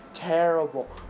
Terrible